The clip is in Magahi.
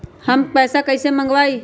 हम पैसा कईसे मंगवाई?